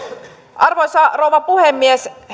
arvoisa rouva puhemies